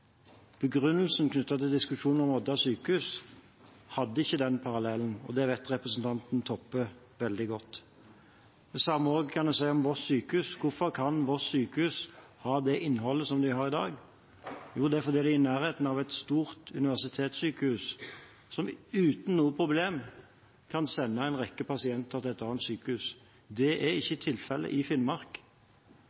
Begrunnelsen knyttet til diskusjonen om Odda sjukehus hadde ikke den parallellen, og det vet representanten Toppe veldig godt. Det samme kan en også si om Voss sjukehus. Hvordan kan Voss sjukehus ha det innholdet som de har i dag? Jo, det er fordi de er i nærheten av et stort universitetssykehus og uten problemer kan sende en rekke pasienter til et annet sykehus. Det er